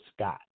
Scott